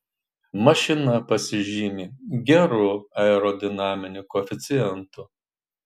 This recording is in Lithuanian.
mašina pasižymi geru aerodinaminiu koeficientu